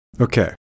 Okay